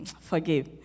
forgive